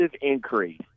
increase